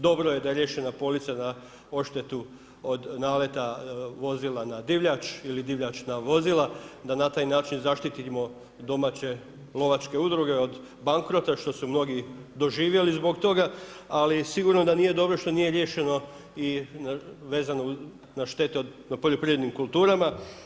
Dobro je da je riješena polica za odštetu od naleta vozila na divljač ili divljač na vozila, da na taj način zaštitimo domače lovačke udruge od bankrota što su mnogi doživjeli zbog toga ali sigurno da nije dobro što nije riješeno i vezano na štete na poljoprivrednim kulturama.